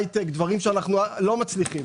הייטק דברים שאנחנו לא מצליחים.